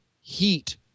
heat